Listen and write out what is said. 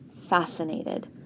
fascinated